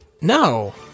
No